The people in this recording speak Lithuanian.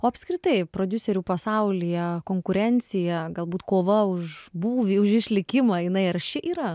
o apskritai prodiuserių pasaulyje konkurencija galbūt kova už būvį už išlikimą jinai arši yra